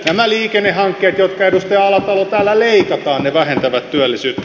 nämä liikennehankkeet jotka edustaja alatalo täällä leikataan vähentävät työllisyyttä